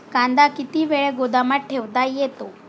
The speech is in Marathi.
कांदा किती वेळ गोदामात ठेवता येतो?